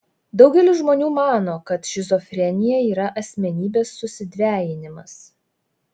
daugelis žmonių mano kad šizofrenija yra asmenybės susidvejinimas